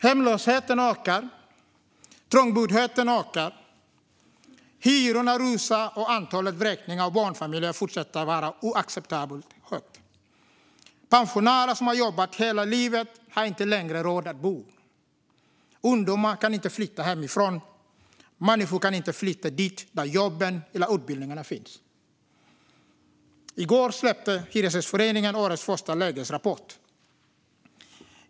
Hemlösheten ökar, trångboddheten ökar, hyrorna rusar och antalet vräkningar av barnfamiljer fortsätter att vara oacceptabelt stort. Pensionärer som har jobbat hela livet har inte längre råd att bo. Ungdomar kan inte flytta hemifrån. Människor kan inte flytta dit där jobben eller utbildningarna finns. I går släppte Hyresgästföreningen årets första lägesrapport.